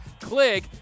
Click